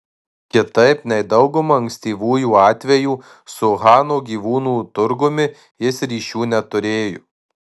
kitaip nei dauguma ankstyvųjų atvejų su uhano gyvūnų turgumi jis ryšių neturėjo